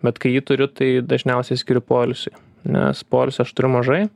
bet kai jį turiu tai dažniausiai skiriu poilsiui nes poilsio aš turiu mažai